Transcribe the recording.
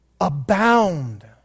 Abound